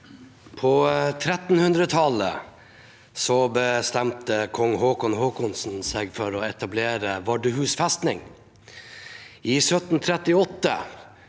På 1300-tallet bestemte kong Håkon Håkonsson seg for å etablere Vardøhus festning. I 1738